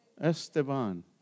Esteban